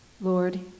Lord